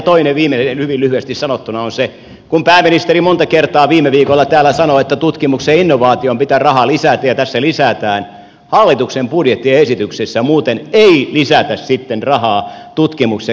toinen viimeinen hyvin lyhyesti sanottuna on se että kun pääministeri monta kertaa viime viikolla täällä sanoi että tutkimukseen ja innovaatioon pitää rahaa lisätä ja tässä lisätään niin hallituksen budjettiesityksessä muuten ei lisätä sitten rahaa tutkimus ja kehitystoimintaan